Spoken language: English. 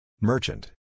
merchant